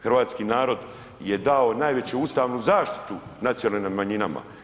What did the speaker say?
Hrvatski narod je dao najveću ustavnu zaštitu nacionalnim manjinama.